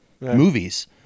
Movies